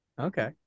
Okay